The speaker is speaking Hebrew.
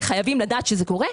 חייבים לדעת שזה קורה,